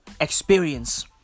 experience